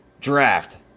draft